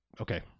Okay